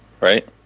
right